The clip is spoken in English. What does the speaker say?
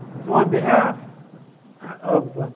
so on behalf of